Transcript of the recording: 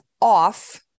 off